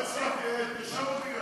תרשום אותי,